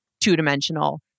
two-dimensional